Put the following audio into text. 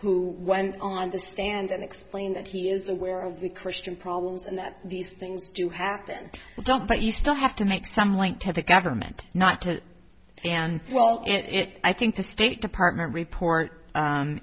who went on the stand and explain that he is aware of the christian problems and that these things do happen but you still have to make some link to the government not to and well it i think the state department report